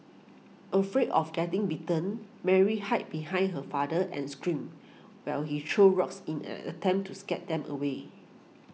afraid of getting bitten Mary hid behind her father and screamed while he threw rocks in an attempt to scare them away